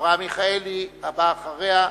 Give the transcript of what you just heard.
אברהם מיכאלי, הבא אחריה,